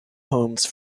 homes